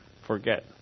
forget